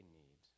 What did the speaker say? need